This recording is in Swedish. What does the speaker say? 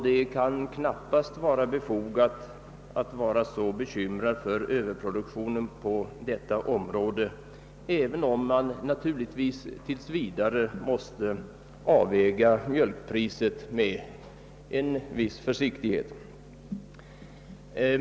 Det kan knappast vara befogat att ha sådana bekymmer för överproduktionen på detta område, även om man naturligtvis tills vidare måste avväga mjölkpriset med en viss försiktighet.